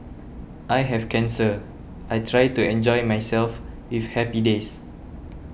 I have cancer I try to enjoy myself with happy days